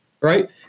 Right